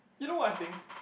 you know what I am think